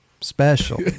special